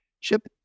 Chip